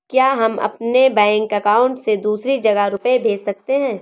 क्या हम अपने बैंक अकाउंट से दूसरी जगह रुपये भेज सकते हैं?